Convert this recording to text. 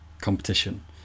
competition